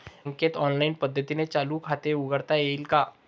बँकेत ऑनलाईन पद्धतीने चालू खाते उघडता येईल का?